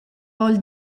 voul